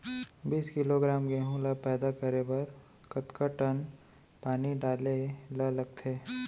बीस किलोग्राम गेहूँ ल पैदा करे बर कतका टन पानी डाले ल लगथे?